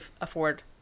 afford